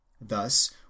Thus